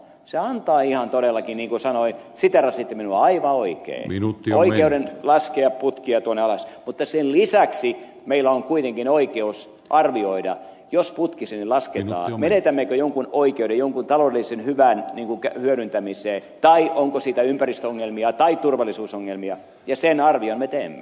se antaa ihan todellakin niin kuin sanoin siteerasitte minua aivan oikein oikeuden laskea putkia tuonne alas mutta sen lisäksi meillä on kuitenkin oikeus arvioida jos putki sinne lasketaan menetämmekö jonkun oikeuden jonkun taloudellisen hyvän hyödyntämiseen tai onko siitä ympäristöongelmia tai turvallisuusongelmia ja sen arvion me teemme